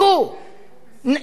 נחנקו,